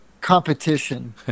competition